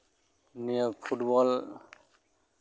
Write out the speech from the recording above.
ᱱᱤᱭᱟᱹ ᱯᱷᱩᱴᱵᱚᱞ